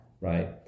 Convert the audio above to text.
right